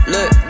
Look